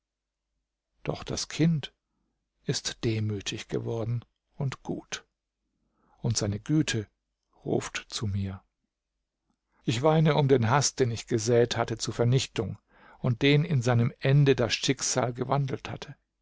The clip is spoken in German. doch das kind ist demütig geworden und gut und seine güte ruft zu mir ich weinte um den haß den ich gesät hatte zu vernichtung und den in seinem ende das schicksal gewandelt hatte